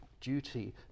duty